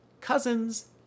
cousins